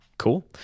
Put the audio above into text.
Cool